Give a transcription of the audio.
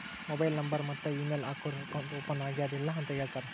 mobile number ಮತ್ತ email ಹಾಕೂರ್ account open ಆಗ್ಯಾದ್ ಇಲ್ಲ ಅಂತ ಹೇಳ್ತಾರ್